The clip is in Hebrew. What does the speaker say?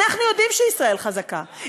אנחנו יודעים שישראל חזקה,